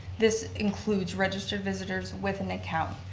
this includes registered visitors with an account.